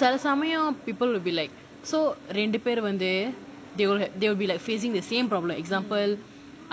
சில சமயம்:sila samayam people will be like so ரெண்டு பேரு வந்து:rendu peru vanthu they will they will be like facing the same problem example